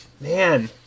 Man